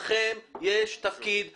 יש לכם תפקיד בשוק,